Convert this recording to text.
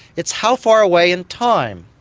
it's how far away in time.